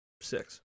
Six